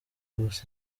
bose